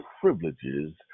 privileges